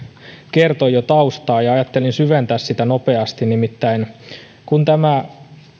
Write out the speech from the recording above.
kertoi jo taustaa ja ajattelin syventää sitä nopeasti nimittäin kun tämä